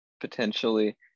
potentially